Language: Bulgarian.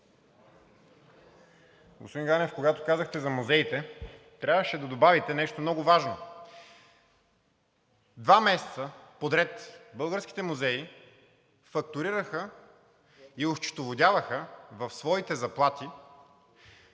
Господин Ганев, когато казахте за музеите, трябваше да добавите нещо много важно. Два месеца подред българските музеи фактурираха и осчетоводяваха в своите заплати